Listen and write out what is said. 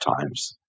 times